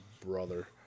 brother